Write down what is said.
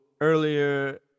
earlier